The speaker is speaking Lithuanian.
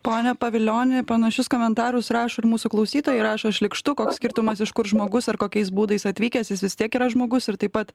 pone pavilioni panašius komentarus rašo ir mūsų klausytojai rašo šlykštu koks skirtumas iš kur žmogus ar kokiais būdais atvykęs jis vis tiek yra žmogus ir taip pat